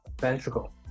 ventricle